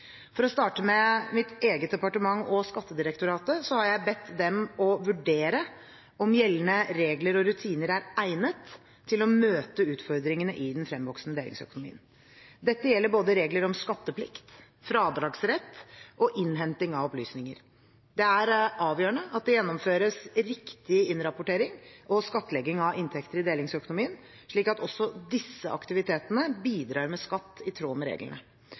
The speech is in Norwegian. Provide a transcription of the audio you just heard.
For å starte med mitt eget departement og Skattedirektoratet, så har jeg bedt dem om å vurdere om gjeldende regler og rutiner er egnet til å møte utfordringene i den fremvoksende delingsøkonomien. Dette gjelder både regler om skatteplikt, fradragsrett og innhenting av opplysninger. Det er avgjørende at det gjennomføres riktig innrapportering og skattlegging av inntekter i delingsøkonomien, slik at også disse aktivitetene bidrar med skatt i tråd med reglene.